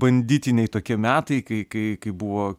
banditiniai tokie metai kai kai kai buvo